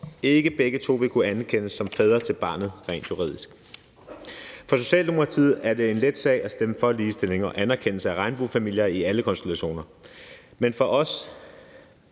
ikke begge to vil kunne anerkendes som fædre til barnet rent juridisk. For Socialdemokratiet er det en let sag at stemme for ligestilling og anerkendelse af regnbuefamilier i alle konstellationer, men det er